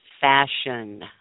fashion